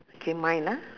okay mine ah